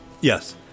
Yes